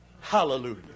Hallelujah